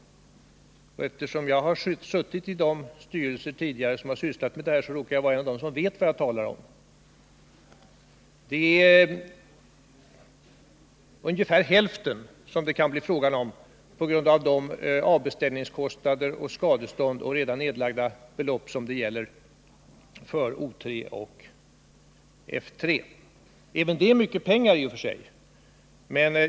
Eftersom jag tidigare har suttit i de bolag som tidigare sysslat med detta, råkar jag vara en av dem som vet vad de talar om. Det är ungefär hälften av summan som det kan bli fråga om i form av avbeställningskostnad, skadestånd och redan nedlagda belopp för O 3 och F3. Även det är mycket pengar i och för sig.